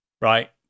right